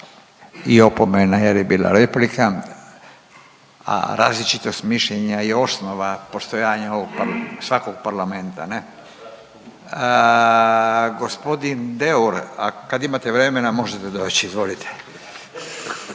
i opomena jer je bila replika. A različitost mišljenja je osnova postojanja svakog parlamenta ne. Gospodin Deur kad imate vremena možete doći, izvolite